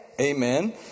Amen